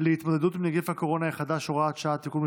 להתמודדות עם נגיף הקורונה החדש (הוראת שעה) (תיקון מס'